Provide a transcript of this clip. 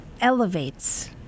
elevates